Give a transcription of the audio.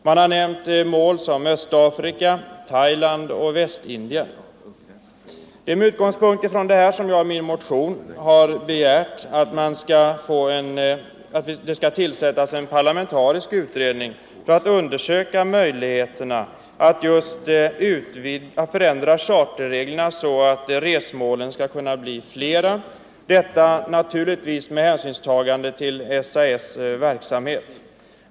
Man har nämnt mål som Östafrika, Thailand och Västindien. Det är med utgångspunkt i detta som jag i min motion begärt att det skall tillsättas en parlamentarisk utredning för att undersöka möjligheterna att förändra charterreglerna så att resmålen skall kunna bli flera — detta naturligtvis med hänsynstagande till SAS:s verksamhet.